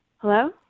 Hello